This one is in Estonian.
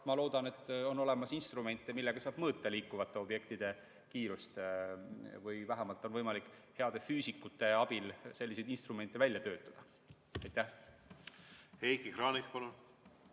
ma loodan, et on olemas instrumente, millega saab mõõta liikuvate objektide kiirust, või vähemalt on võimalik heade füüsikute abil sellised instrumendid välja töötada. Heiki Kranich, palun!